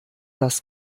das